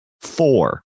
Four